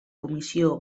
comissió